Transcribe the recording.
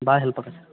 ಭಾಳ ಹೆಲ್ಪಾಗತ್